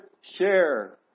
share